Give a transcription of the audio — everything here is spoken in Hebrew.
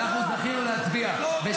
אנחנו זכינו להצביע -- תודה.